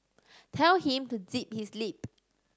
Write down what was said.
tell him to zip his lip